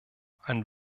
ein